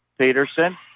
Peterson